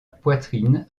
poitrine